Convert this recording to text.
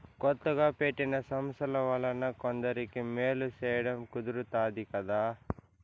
కొత్తగా పెట్టిన సంస్థల వలన కొందరికి మేలు సేయడం కుదురుతాది కదా